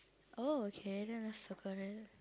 oh okay then I circle that